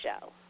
show